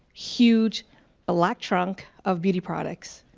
huge black trunk of beauty products.